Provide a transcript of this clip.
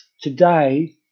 today